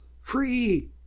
Free